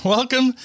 Welcome